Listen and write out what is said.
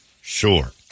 sure